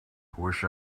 wish